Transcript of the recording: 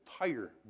entire